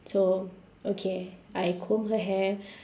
so okay I comb her hair